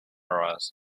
arise